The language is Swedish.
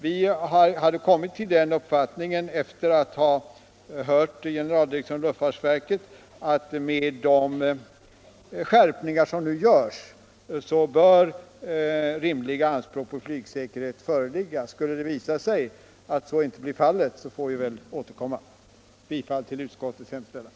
Vi har kommit till den uppfattningen, efter att ha hört generaldirektören i luftfartsverket, att med de skärpningar som nu genomförs bör rimliga anspråk på flygsäkerhet vara uppfyllda. Skulle det visa sig att så inte blir fallet, får väl motionären återkomma. Fru talman! Jag yrkar bifall till utskottets hemställan.